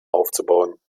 aufzubauen